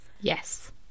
Yes